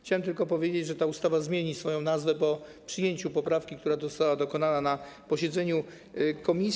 Chciałem tylko powiedzieć, że ta ustawa zmieni swoją nazwę po przyjęciu poprawki, która została dokonana na posiedzeniu komisji.